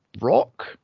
rock